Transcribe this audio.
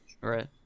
right